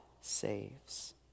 saves